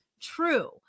True